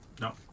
No